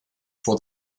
for